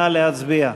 נא להצביע.